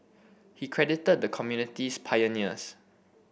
he credited the community's pioneers